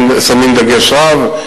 שמים דגש רב,